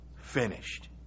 finished